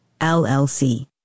LLC